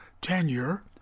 tenure